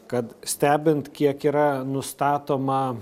kad stebint kiek yra nustatoma